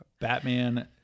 Batman